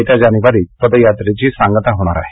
येत्या जानेवारीत पदयात्रेची सांगता होणार आहे